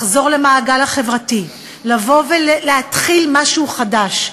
לחזור למעגל החברה, לבוא ולהתחיל משהו חדש.